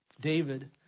David